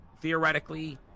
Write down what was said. theoretically